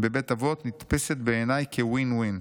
בבית אבות נתפסת בעיניי כ-win-win.